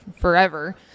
forever